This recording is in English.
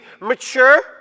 mature